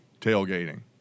Tailgating